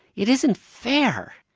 it isn't fair!